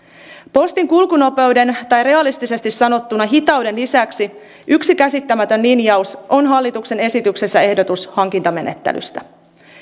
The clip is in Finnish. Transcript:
postin kulkunopeuden tai realistisesti sanottuna hitauden lisäksi yksi käsittämätön linjaus hallituksen esityksessä on ehdotus hankintamenettelystä